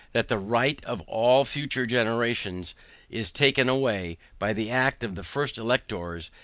that the right of all future generations is taken away, by the act of the first electors,